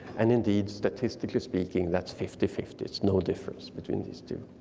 and indeed statistically speaking that's fifty fifty, it's no difference between these two.